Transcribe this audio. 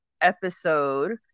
episode